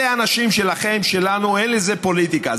אלה האנשים שלכם, שלנו, אין לזה פוליטיקה.